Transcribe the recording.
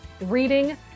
reading